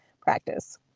practice